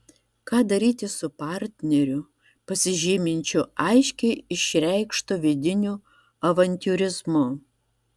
ką daryti su partneriu pasižyminčiu aiškiai išreikštu vidiniu avantiūrizmu